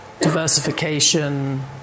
diversification